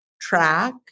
track